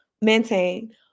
maintain